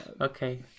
Okay